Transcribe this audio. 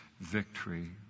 victory